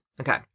Okay